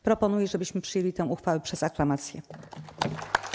Proponuję, żebyśmy przyjęli tę uchwałę przez aklamację.